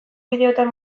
bideoetan